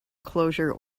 closure